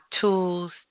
tools